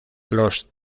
los